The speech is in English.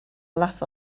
laugh